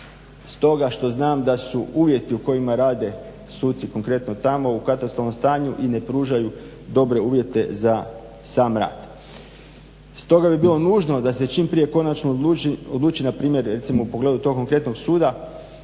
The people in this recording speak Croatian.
i stoga što znam da su uvjeti u kojima rade suci, konkretno tamo, u katastrofalnom stanju i ne pružaju dobre uvjete za sam rad. Stoga bi bilo nužno da se čim prije konačno odluči npr. u pogledu tog konkretnog suda